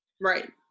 Right